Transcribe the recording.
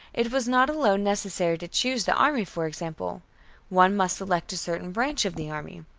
it was not alone necessary to choose the army, for example one must select a certain branch of the army.